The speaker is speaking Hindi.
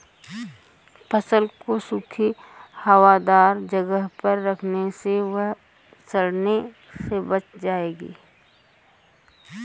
फसल को सूखी, हवादार जगह पर रखने से वह सड़ने से बच जाएगी